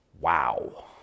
Wow